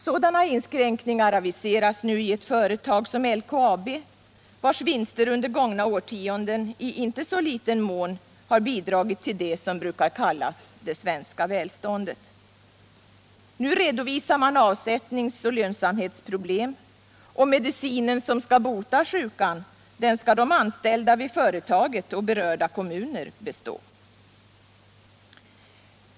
Sådana inskränkningar aviseras i ett företag som LKAB, vars vinster under gångna årtionden i inte så liten mån bidragit till det som brukar kallas ”det svenska välståndet”. Nu redovisar man avsättningsoch lönsamhetsproblem, och medicinen som skall bota sjukan skall de anställda vid företaget och berörda kommuner bestå.